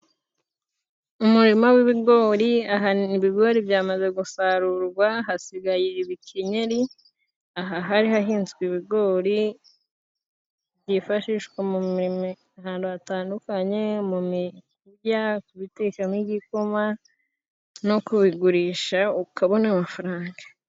Umurima w'ibigori aha ni ibigori byamaze gusarurwa hasigaye ibikenyeri ,aha hari hahinzwe ibigori byifashishwa mu mirimo ahantu hatandukanye mu mirya kubitekamo igikoma, no kubigurisha ukabona amafaranga.